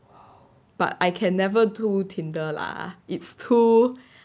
but I can never do Tinder lah it's too